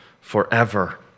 forever